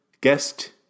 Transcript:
guest